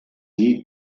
dir